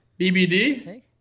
BBD